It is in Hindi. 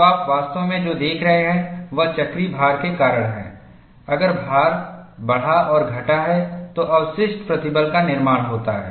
तो आप वास्तव में जो देख रहे हैं वह चक्रीय भार के कारण है अगर भार बढ़ा और घटा है तो अवशिष्ट प्रतिबल का निर्माण होता है